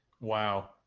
Wow